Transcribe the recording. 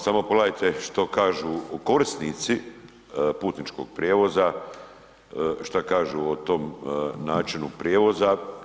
Samo pogledajte što kažu korisnici putničkog prijevoza, šta kažu o tom načinu prijevoza.